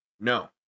No